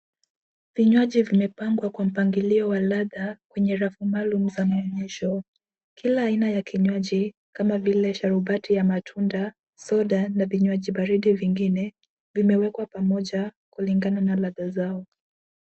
Vinywaji vimepangwa kwa mpangilio wa ladha kwenye rafu maalum za maonyesho. Kila aina ya kinywaji kama vile sharubati ya matunda, soda na vinywaji baridi vingine vimewekwa pamoja kulingana na ladha zao.